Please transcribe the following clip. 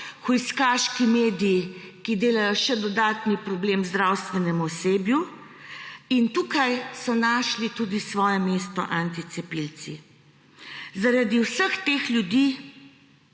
hujskaški mediji, ki delajo še dodatni problem zdravstvenemu osebju in tukaj so našli tudi svoje mesto anticepilci. Zaradi vseh teh ljudi